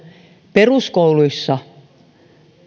peruskouluissa